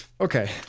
okay